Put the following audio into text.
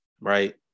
right